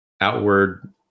outward